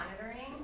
monitoring